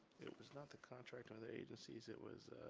it was not the contract of the agencies it was.